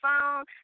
phone